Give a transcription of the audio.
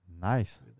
Nice